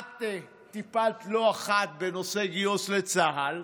את טיפלת לא אחת בנושא הגיוס לצה"ל,